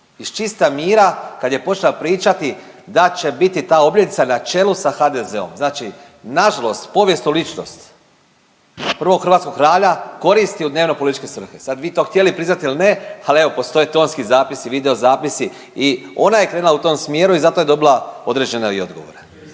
iz čista mira kad je počela pričati da će biti ta obljetnica na čelu sa HDZ-om. Znači, nažalost povijesnu ličnost prvog hrvatskog kralja koristi u dnevno političke svrhe. Sad vi to htjeli priznati ili ne, ali evo postoje tonski zapisi, video zapisi i ona je krenula u tom smjeru i zato je dobila određene i odgovore.